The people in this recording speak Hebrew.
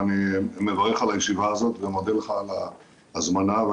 ואני מברך על הישיבה הזו ומודה לך על ההזמנה ועל